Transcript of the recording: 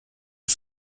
das